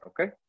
okay